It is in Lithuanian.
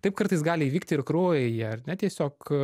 taip kartais gali įvykti ir kraujyje ar ne tiesiog